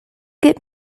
get